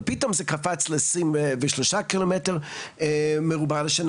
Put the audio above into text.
פתאום זה קפץ ל- 23 קילומטר מרובע לשנה